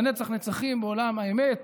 לנצח-נצחים בעולם האמת.